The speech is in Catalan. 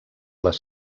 les